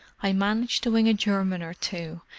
i manage to wing a german or two,